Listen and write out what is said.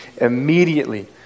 immediately